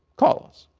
call us,